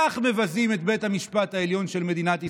כך מבזים את בית המשפט העליון של מדינת ישראל.